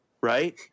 right